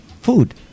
Food